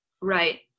Right